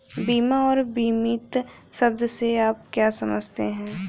बीमा और बीमित शब्द से आप क्या समझते हैं?